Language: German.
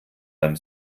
beim